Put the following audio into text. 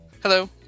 Hello